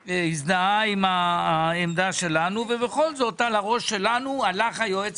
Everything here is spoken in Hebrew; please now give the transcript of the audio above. הזדהה עם העמדה שלנו אבל בכל זאת על הראש שלנו הלך היועץ